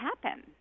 happen